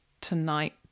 tonight